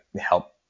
help